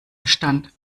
bestand